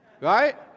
right